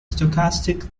stochastic